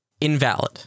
invalid